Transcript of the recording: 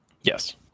Yes